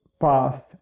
past